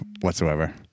whatsoever